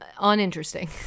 uninteresting